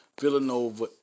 Villanova